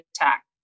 attack